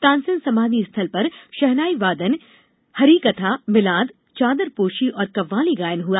तानसेन समाधि स्थल पर शहनाई वादन हरिकथा मिलाद चादरपोशी और कव्वाली गायन हुआ